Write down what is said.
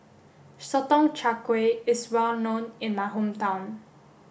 Sotong Char Kway is well known in my hometown